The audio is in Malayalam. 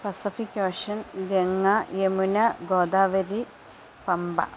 Pacific Ocean Ganga Yamuna Godavari Pamba